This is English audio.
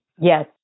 Yes